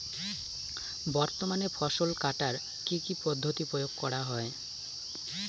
বর্তমানে ফসল কাটার কি কি পদ্ধতি প্রয়োগ করা হয়?